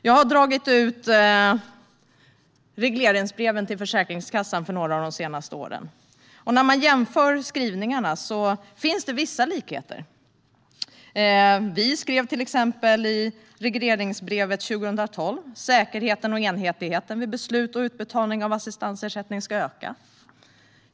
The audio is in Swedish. Jag har tagit ut regleringsbreven till Försäkringskassan från några av de senaste åren. Om man jämför skrivningarna finns det vissa likheter. Vi skrev till exempel i regleringsbrevet för 2012: "Säkerheten och enhetligheten vid beslut om utbetalning av assistansersättning ska öka."